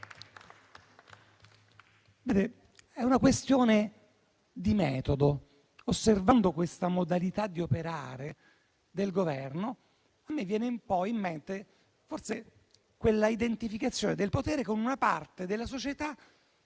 È una questione di metodo. Osservando questa modalità di operare del Governo, a me viene in mente quella identificazione del potere con una parte della società